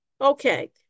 Okay